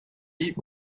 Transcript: deep